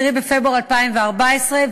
10 בפברואר 2014,